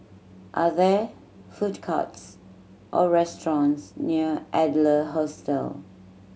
are there food courts or restaurants near Adler Hostel